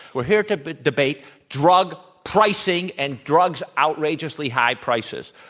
we're here to but debate drug pricing and drugs outrageously high prices.